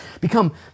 become